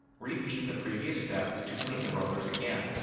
repeat the previous step to clean the rollers again.